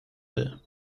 will